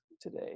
today